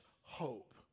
hope